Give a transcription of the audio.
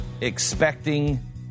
expecting